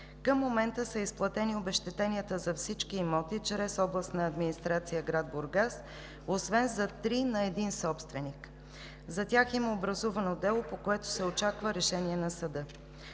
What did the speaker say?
Към момента са изплатени обезщетенията за всички имоти чрез Областна администрация – град Бургас, освен за три на един собственик. За тях има образувано дело, по което се очаква решение на съда.